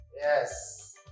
yes